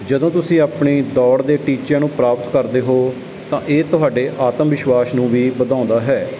ਜਦੋਂ ਤੁਸੀਂ ਆਪਣੀ ਦੌੜ ਦੇ ਟੀਚਿਆਂ ਨੂੰ ਪ੍ਰਾਪਤ ਕਰਦੇ ਹੋ ਤਾਂ ਇਹ ਤੁਹਾਡੇ ਆਤਮ ਵਿਸ਼ਵਾਸ ਨੂੰ ਵੀ ਵਧਾਉਂਦਾ ਹੈ